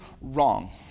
wrong